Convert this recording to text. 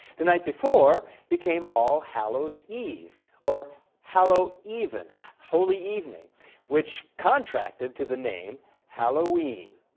the night before became all hallows eve or hallow even holy evening which contracted to the name halloween.